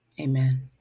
Amen